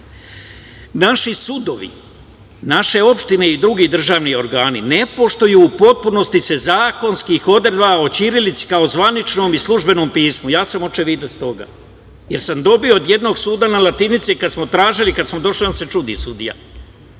sudovi, naše opštine i drugi državni organi ne poštuju u potpunosti zakonske odredbe o ćirilici kao zvaničnom i službenom pismu. Ja sam očevidac toga, jer sam dobio od jednog suda na latinici kad smo tražili, a kad smo došli čudi se sudija.